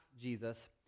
Jesus